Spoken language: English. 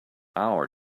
hour